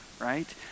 right